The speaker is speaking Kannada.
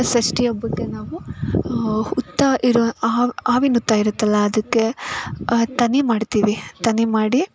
ಷಷ್ಠಿ ಹಬ್ಬಕ್ಕೆ ನಾವು ಹುತ್ತ ಇರೋ ಹಾವು ಹಾವಿನ ಹುತ್ತ ಇರುತ್ತಲ್ಲ ಅದಕ್ಕೆ ತನಿ ಮಾಡ್ತೀವಿ ತನಿ ಮಾಡಿ